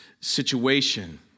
situation